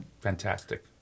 fantastic